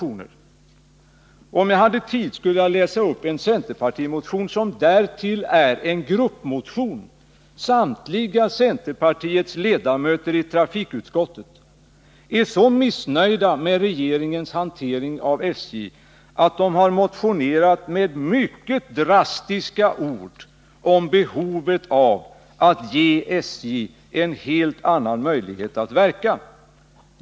Om jag hade tid skulle jag läsa upp en centerpartimotion, som därtill är en gruppmotion. Samtliga centerpartiets ledamöter i trafikutskottet är så missnöjda med regeringens hantering av SJ att de har motionerat med mycket drastiska ord om behovet av att ge SJ en helt annan möjlighet att verka.